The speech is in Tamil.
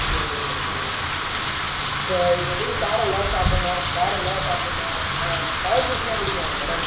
சரிங்க மேடம் சரிங்க மேடம் இப்போ இப்போதிக்கி காரம் இல்லாம சாப்பிட்ணும் காரம் இல்லாம சாப்பிட்ணும் ஆ பழ ஜூஸ்லாம் குடிக்கலாமா மேடம்